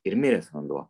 ir miręs vanduo